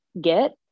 get